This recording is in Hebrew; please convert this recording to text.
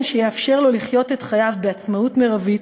שיאפשר לו לחיות את חייו בעצמאות מרבית,